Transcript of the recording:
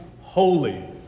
holy